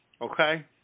okay